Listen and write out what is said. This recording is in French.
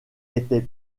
était